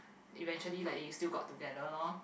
eventually like is they still got together lor